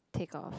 take off